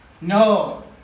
No